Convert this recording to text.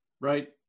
right